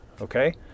okay